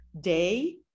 day